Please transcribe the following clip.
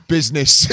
Business